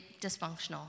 dysfunctional